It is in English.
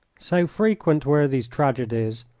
so frequent were these tragedies,